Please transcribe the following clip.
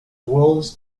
wolves